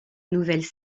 nouvelles